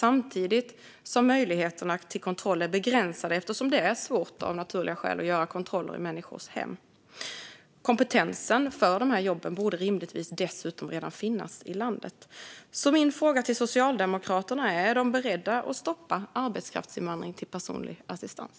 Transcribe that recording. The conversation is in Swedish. Samtidigt är möjligheterna till kontroll begränsade eftersom det av naturliga skäl är svårt att göra kontroller i människors hem. Kompetensen för dessa jobb borde rimligtvis dessutom redan finnas i landet. Är Socialdemokraterna beredda att stoppa arbetskraftsinvandring för personlig assistans?